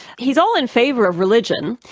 he's all in favour of religion,